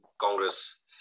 Congress